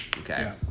Okay